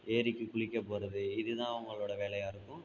ஏரிக்கு குளிக்க போகிறது இது தான் அவங்களோட வேலையாக இருக்கும்